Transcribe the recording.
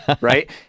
right